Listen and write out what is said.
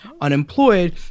unemployed